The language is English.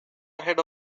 ahead